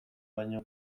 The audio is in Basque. baino